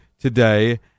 today